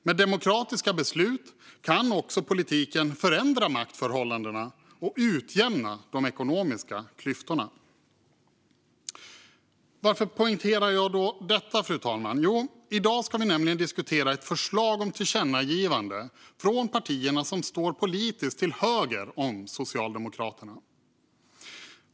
Med demokratiska beslut kan politiken förändra maktförhållandena och utjämna de ekonomiska klyftorna. Varför poängterar jag då detta, fru talman? Jo, i dag ska vi nämligen diskutera ett förslag om tillkännagivande från de partier som politiskt står till höger om Socialdemokraterna.